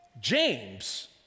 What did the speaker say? James